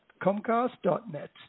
comcast.net